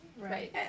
Right